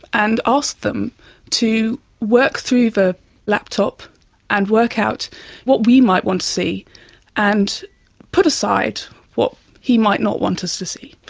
and asked them to work through the laptop and work out what we might want to see and put aside what he might not want us to see.